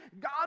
God